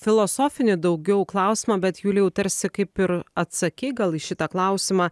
filosofinį daugiau klausimą bet julijau tarsi kaip ir atsakei gal į šitą klausimą